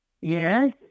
Yes